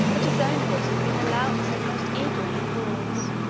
that his own voice had been the loudest and most eager in applause,